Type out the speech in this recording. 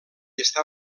està